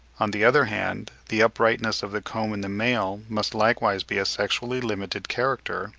on the other hand, the uprightness of the comb in the male must likewise be a sexually-limited character,